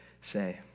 say